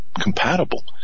compatible